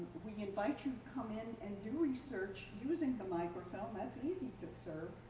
we invite you to come in and do research using the microfilm, that's easy to surf.